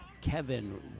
Kevin